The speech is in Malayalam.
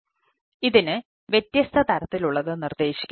അതിനാൽ ഇതിന് വ്യത്യസ്ത തരത്തിലുള്ളത് നിർദ്ദേശിക്കുന്നു